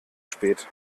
spät